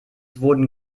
wurden